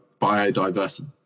biodiversity